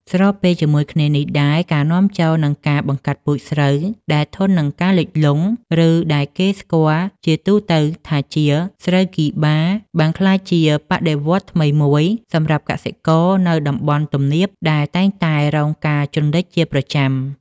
ស្របពេលជាមួយគ្នានេះដែរ ការនាំចូល និងការបង្កាត់ពូជស្រូវដែលធន់នឹងការលិចលង់ ឬដែលគេស្គាល់ជាទូទៅថាជា ស្រូវស្គីបា បានក្លាយជាបដិវត្តន៍ថ្មីមួយសម្រាប់កសិករនៅតំបន់ទំនាបដែលតែងតែរងការជន់លិចជាប្រចាំ។